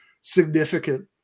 significant